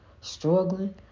struggling